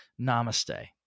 namaste